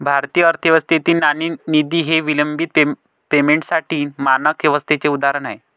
भारतीय अर्थव्यवस्थेतील नाणेनिधी हे विलंबित पेमेंटसाठी मानक व्यवस्थेचे उदाहरण आहे